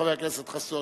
חבר הכנסת חסון.